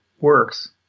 works